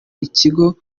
ikigo